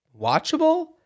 watchable